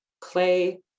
clay